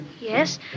Yes